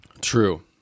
true